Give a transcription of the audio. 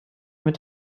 mit